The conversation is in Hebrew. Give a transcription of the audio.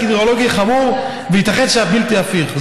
הידרולוגי חמור וייתכן שאף בלתי הפיך.